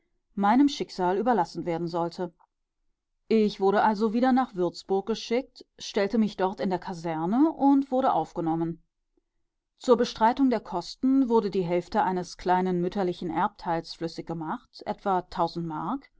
meinem schicksal überlassen werden sollte ich wurde also wieder nach würzburg geschickt stellte mich dort in der kaserne und wurde aufgenommen zur bestreitung der kosten wurde die hälfte eines kleinen mütterlichen erbteils flüssig gemacht etwa tausend mark